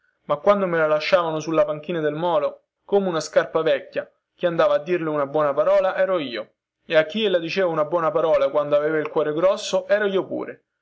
ma quando me la lasciavano sulla panchina del molo come una scarpa vecchia chi andava a dirle una buona parola ero io e a chi ella diceva una buona parola quando aveva il cuore grosso ero io pure